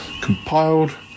compiled